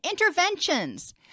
Interventions